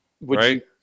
Right